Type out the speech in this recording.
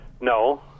no